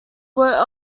were